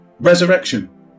resurrection